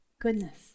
goodness